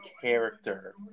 character